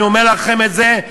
אני אומר לכם את זה,